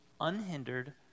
Unhindered